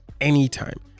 anytime